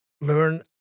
Learn